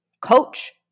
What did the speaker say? coach